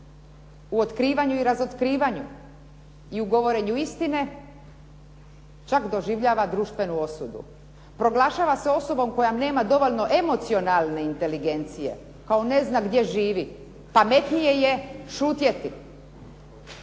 u otkrivanju i razotkrivanju i u govorenju istine čak doživljava društvenu osudu i proglašava se osobom koja nema dovoljno emocionalne inteligencije, kao ne zna gdje živi, pametnije je šutjeti.